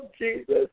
Jesus